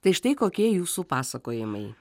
tai štai kokie jūsų pasakojimai